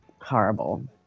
horrible